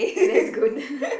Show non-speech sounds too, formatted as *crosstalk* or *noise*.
that's good *laughs*